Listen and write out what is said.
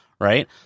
Right